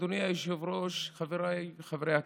אדוני היושב-ראש, חבריי חברי הכנסת,